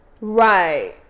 Right